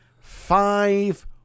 Five